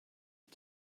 wyt